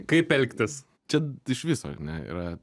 kaip elgtis čia iš viso ar ne yra